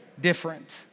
different